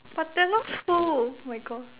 but Thanos who oh my God